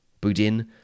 Boudin